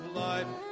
life